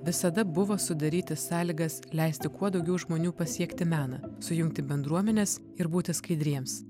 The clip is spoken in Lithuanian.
visada buvo sudaryti sąlygas leisti kuo daugiau žmonių pasiekti meną sujungti bendruomenes ir būti skaidriems